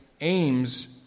aims